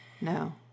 No